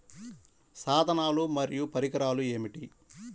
సాధనాలు మరియు పరికరాలు ఏమిటీ?